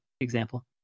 example